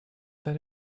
that